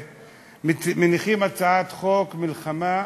ומניחים הצעת חוק מלחמה בטרור,